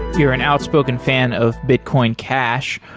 you're an outspoken fan of bitcoin cash.